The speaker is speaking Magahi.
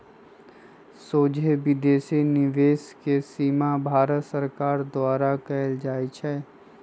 सोझे विदेशी निवेश के सीमा भारत सरकार द्वारा कएल जाइ छइ